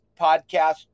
podcast